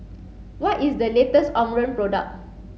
what is the latest Omron product